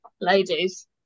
ladies